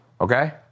okay